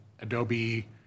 Adobe